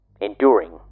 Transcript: enduring